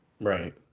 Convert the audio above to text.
Right